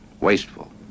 wasteful